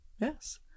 Yes